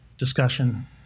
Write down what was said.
discussion